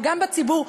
וגם בציבור,